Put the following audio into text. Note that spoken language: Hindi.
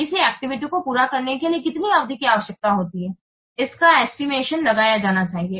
किसी एक्टिविटी को पूरा करने के लिए कितनी अवधि की आवश्यकता होती है इसका एस्टिमेशन लगाया जाना चाहिए